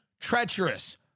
treacherous